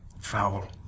foul